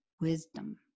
wisdom